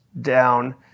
down